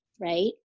Right